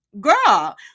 girl